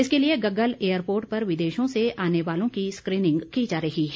इसके लिए गग्गल एयरपोर्ट पर विदेशों से आने वालों की स्क्रीनिंग की जा रही है